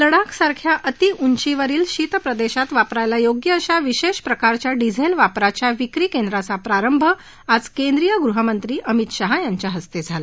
लडाखसारख्या अती उंचावरील शीत प्रदेशात वापरायला योग्य अशा विशेष प्रकारच्या डिझेल वापराच्या विक्री केंद्राचा प्रारंभ आज केंद्रीय गृहमंत्री अमित शहा यांच्या हस्ते झाला